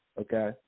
okay